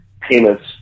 Payments